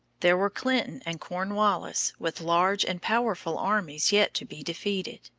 there were clinton and cornwallis with large and powerful armies yet to be defeated.